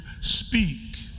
speak